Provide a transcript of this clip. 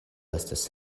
estas